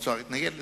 האוצר התנגד לזה.